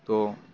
তো